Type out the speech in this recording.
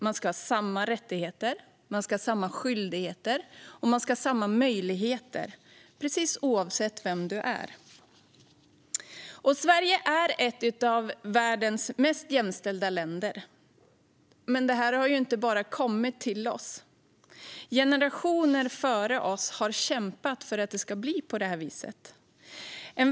Man ska ha samma rättigheter, samma skyldigheter och samma möjligheter - oavsett vem man är. Sverige är ett av världens mest jämställda länder. Men det har inte bara kommit till oss. Generationer före oss har kämpat för att det ska bli på det här viset.